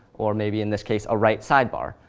or maybe, in this case, a right sidebar.